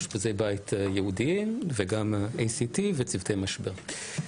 אשפוזי בית ייעודיים וגם ACT וצוותי משבר.